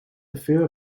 teveel